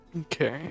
okay